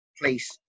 place